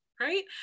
right